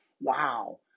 wow